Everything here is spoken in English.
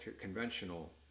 conventional